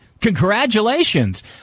Congratulations